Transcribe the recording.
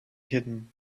hidden